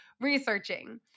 researching